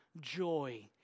joy